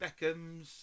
Beckhams